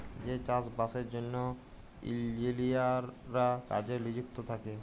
যে চাষ বাসের জ্যনহে ইলজিলিয়াররা কাজে লিযুক্ত থ্যাকে